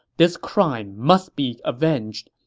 this crime must be avenged.